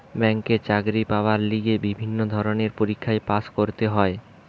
ব্যাংকে চাকরি পাবার লিগে বিভিন্ন ধরণের পরীক্ষায় পাস্ করতে হয়